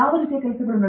ಯಾವ ರೀತಿಯ ಕೆಲಸಗಳು